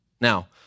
Now